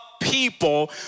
people